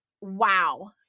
wow